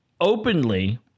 openly